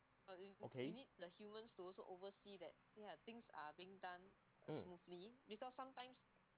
okay mm